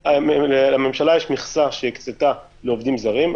לממשלה יש מכסה שהיא הקצתה לעובדים זרים.